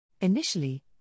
Initially